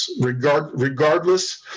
regardless